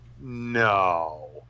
no